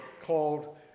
called